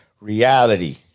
reality